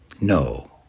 No